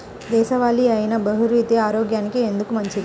దేశవాలి అయినా బహ్రూతి ఆరోగ్యానికి ఎందుకు మంచిది?